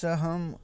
से हम